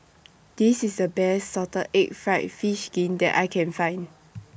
This IS The Best Salted Egg Fried Fish Skin that I Can Find